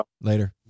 Later